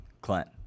Clint